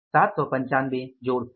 795 जोड़ 35